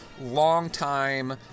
longtime